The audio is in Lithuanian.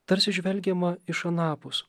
tarsi žvelgiama iš anapus